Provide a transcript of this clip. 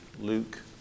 Luke